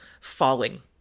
falling